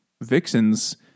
vixens